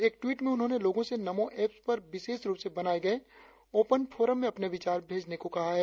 एक ट्वीट में उन्होंने लोगों से नमो एप्प पर विशेष रुप से बनाये गए ओपन फोरम में अपने विचार भेजने को कहा है